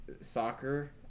Soccer